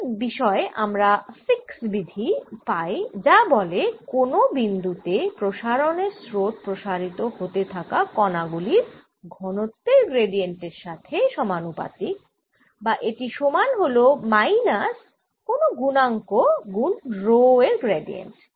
এই বিষয়ে আমরা ফিক্স বিধি Fick's law পাই যা বলে কোন বিন্দু তে প্রসারণ এর স্রোত প্রসারিত হতে থাকা কনা গুলির ঘনত্বের গ্র্যাডিয়েন্ট এর সমানুপাতিক বা এটি সমান হল মাইনাস কোন গুণাঙ্ক গুণ রো এর গ্র্যাডিয়েন্ট